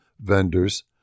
vendors